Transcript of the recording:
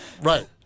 right